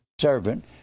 servant